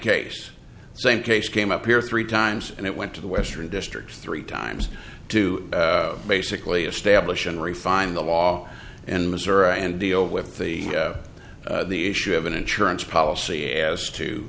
case same case came up here three times and it went to the western district three times to basically establish and refine the law in missouri and deal with the the issue of an insurance policy as to